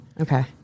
Okay